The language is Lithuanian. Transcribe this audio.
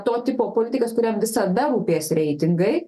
to tipo politikas kuriam visada rūpės reitingai